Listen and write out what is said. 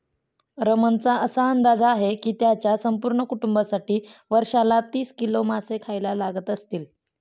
रमणचा असा अंदाज आहे की त्याच्या संपूर्ण कुटुंबासाठी वर्षाला तीस किलो मासे खायला लागत असतील